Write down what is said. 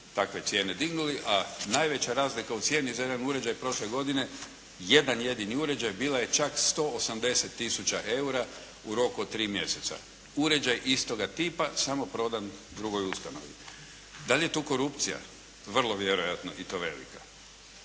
takve cijene dignuli, a najveća razlika u cijenu za jedan uređaj prošle godine, jedan jedini uređaj bila je čak 180 tisuća eura u roku od 3 mjeseca. Uređaj istoga tipa, samo prodan drugoj ustanovi. Da li je to korupcija? Vrlo vjerojatno i to velika.